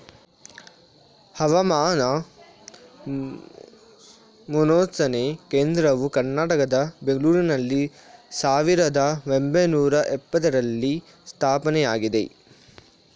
ಹವಾಮಾನ ಮುನ್ಸೂಚನೆ ಕೇಂದ್ರವು ಕರ್ನಾಟಕದ ಬೆಂಗಳೂರಿನಲ್ಲಿ ಸಾವಿರದ ಒಂಬೈನೂರ ಎಪತ್ತರರಲ್ಲಿ ಸ್ಥಾಪನೆಯಾಗಿದೆ